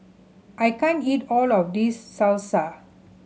I can't eat all of this Salsa